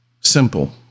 Simple